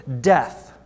death